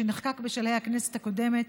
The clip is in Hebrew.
שנחקק בשלהי הכנסת הקודמת,